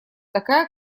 такая